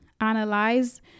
analyze